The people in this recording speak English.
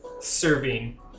serving